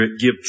give